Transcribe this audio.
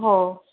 ओ